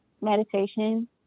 meditation